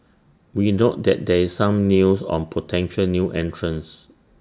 we note that there is some news on potential new entrants